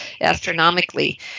astronomically